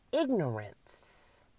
ignorance